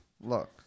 Look